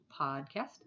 podcast